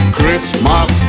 Christmas